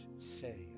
Say